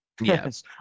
Yes